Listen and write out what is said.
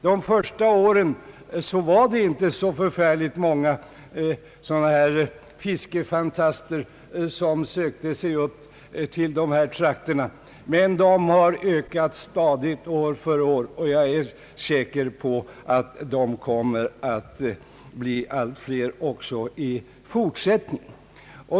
De första åren var det inte så många sådana här »fiskefantaster» som sökte sig upp till dessa trakter, men de har ökat stadigt i antal år för år, och jag är säker på att de kommer att bli allt fler också i fortsättningen.